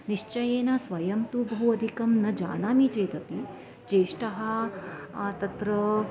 निश्चयेन स्वयं तु बहु अधिकं न जानामि चेदपि ज्येष्ठः तत्र